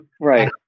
Right